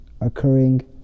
occurring